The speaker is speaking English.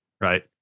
right